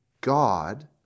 God